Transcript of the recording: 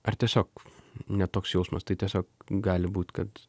ar tiesiog ne toks jausmas tai tiesiog gali būt kad